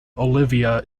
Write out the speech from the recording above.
olivia